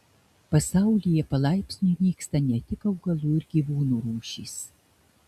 pasaulyje palaipsniui nyksta ne tik augalų ir gyvūnų rūšys